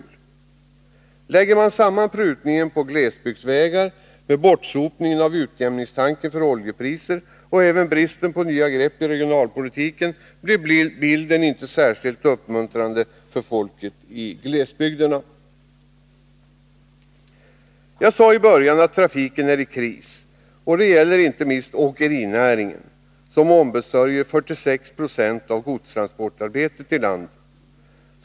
Lägger man samman prutningen på glesbygdsvägarna, bortsopningen av utjämningstanken när det gäller oljepriserna och bristen på nya grepp i regionalpolitiken, kan man konstatera att bilden inte blir särskilt uppmuntrande för folket i glesbygden. Jag sade i början av mitt anförande att trafiken är i kris. Det gäller inte minst åkerinäringen, som ombesörjer 46 70 av godstransportarbetet i landet.